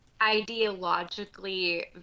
ideologically